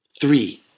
Three